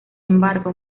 embargo